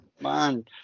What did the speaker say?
Man